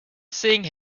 seeing